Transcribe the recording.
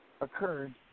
occurred